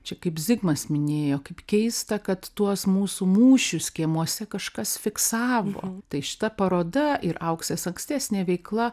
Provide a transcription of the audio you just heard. čia kaip zigmas minėjo kaip keista kad tuos mūsų mūšius kiemuose kažkas fiksavo tai šita paroda ir auksės ankstesnė veikla